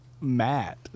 Matt